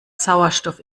sauerstoff